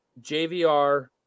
JVR